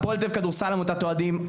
הפועל תל אביב כדורסל עמותת אוהדים,